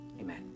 Amen